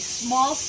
small